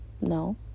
no